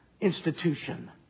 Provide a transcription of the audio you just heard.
institution